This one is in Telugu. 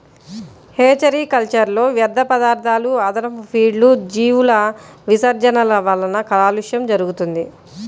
హేచరీ కల్చర్లో వ్యర్థపదార్థాలు, అదనపు ఫీడ్లు, జీవుల విసర్జనల వలన కాలుష్యం జరుగుతుంది